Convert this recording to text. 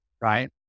Right